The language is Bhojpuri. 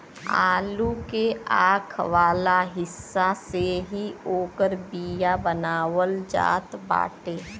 आलू के आंख वाला हिस्सा से ही ओकर बिया बनावल जात बाटे